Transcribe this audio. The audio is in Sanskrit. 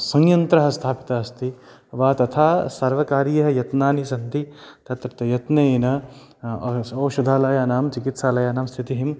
संयन्त्रः स्थापितः अस्ति वा तथा सर्वकारीयः यत्नानि सन्ति तत् तत् यत्नेन औ औषधालयानां चिकित्सालयानां स्थितिम्